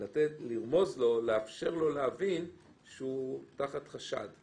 אנחנו מתכננים להוציא את החוזר